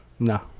No